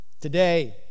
today